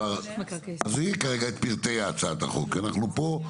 עזבי כרגע את פרטי הצעת החוק, אנחנו פה.